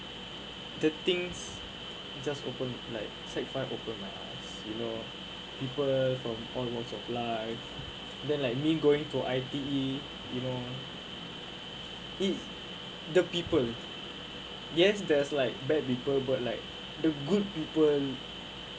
the things just open like SEC five open like us you know people from all walks of life then like me going to I_T_E you know it the people yes there's like bad people but like the good people